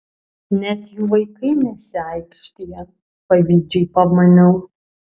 net jų vaikai nesiaikštija pavydžiai pamaniau